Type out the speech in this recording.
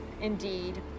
Indeed